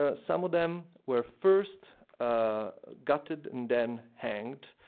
ah some of them were first gutted and then hanged.